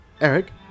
Eric